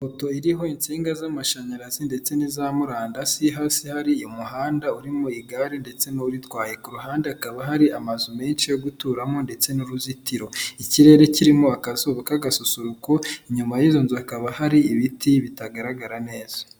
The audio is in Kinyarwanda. Ipoto iriho insinga z'amashanyarazi ndetse n'iza murandasi hasi hari umuhanda urimo igare ndetse n'uritwaye ku ruhande hakaba hari amazu menshi yo guturamo ndetse n'uruzitiro ikirere kirimo akazuba k'agasusuruko inyuma y'izo nzu hakaba hari ibiti bitagaragara neza.